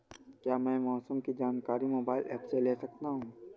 क्या मौसम की जानकारी मोबाइल ऐप से ले सकते हैं?